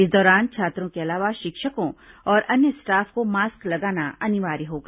इस दौरान छात्रों के अलावा शिक्षकों और अन्य स्टाफ को मास्क लगाना अनिवार्य होगा